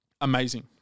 amazing